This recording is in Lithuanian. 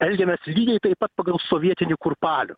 elgiamės lygiai taip pat pagal sovietinį kurpalių